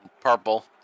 Purple